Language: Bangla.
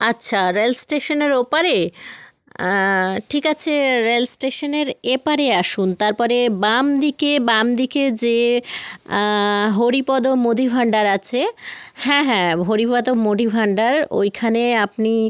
আচ্ছা রেল স্টেশানের ওপারে ঠিক আছে রেল স্টেশানের এপারে আসুন তারপরে বাম দিকে বাম দিকে যে হরিপদ মোদি ভাণ্ডার আছে হ্যাঁ হ্যাঁ হরিপদ মোদি ভাণ্ডার ওইখানে আপনি